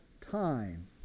time